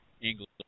English